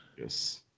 Yes